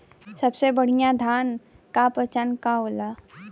सबसे बढ़ियां धान का पहचान का होला?